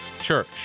church